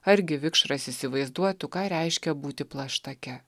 argi vikšras įsivaizduotų ką reiškia būti plaštake